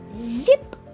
Zip